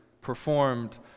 performed